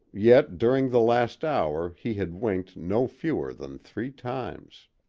yet during the last hour he had winked no fewer than three times.